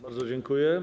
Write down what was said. Bardzo dziękuję.